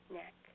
neck